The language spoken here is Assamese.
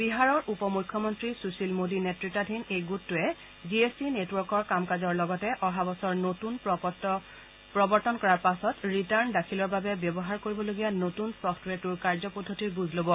বিহাৰৰ উপ মুখ্যমন্ত্ৰী সুশীল মোদী নেত়তাধীন এই গোটটোৱে জি এছ টি নেটৱৰ্কৰ কাম কাজৰ লগতে অহা বছৰ নতুন প্ৰ পত্ৰ প্ৰৱৰ্তন কৰাৰ পাছত ৰিটাৰ্ণ দাখিলৰ বাবে ব্যৱহাৰ কৰিবলগীয়া নতুন ছফটৱেৰটোৰ কাৰ্য পদ্ধতিৰ বুজ ল'ব